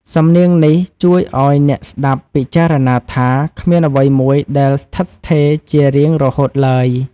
សំនៀងនេះជួយឱ្យអ្នកស្ដាប់ពិចារណាថា គ្មានអ្វីមួយដែលស្ថិតស្ថេរជារៀងរហូតឡើយ។